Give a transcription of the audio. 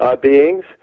beings